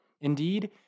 Indeed